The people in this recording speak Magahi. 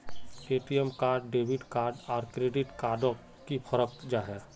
ए.टी.एम कार्ड डेबिट कार्ड आर क्रेडिट कार्ड डोट की फरक जाहा?